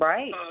Right